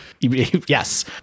yes